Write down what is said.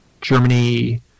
Germany